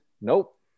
nope